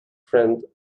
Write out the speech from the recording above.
friend